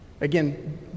Again